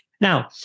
Now